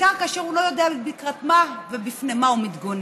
בעיקר כאשר הוא לא יודע לקראת מה ובפני מה הוא מתגונן.